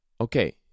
okay